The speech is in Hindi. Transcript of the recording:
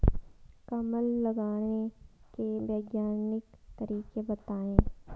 कमल लगाने के वैज्ञानिक तरीके बताएं?